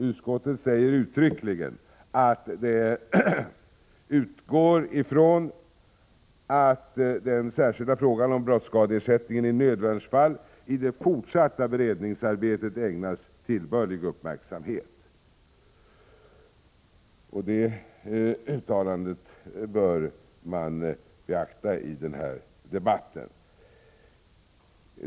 Utskottet säger uttryckligen att det utgår ifrån att den särskilda frågan om brottsskadeersättningen i nödvärnsfall i det fortsatta beredningsarbetet ägnas tillbörlig uppmärksamhet. Det uttalandet bör beaktas i denna debatt.